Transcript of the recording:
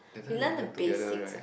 we learn the basics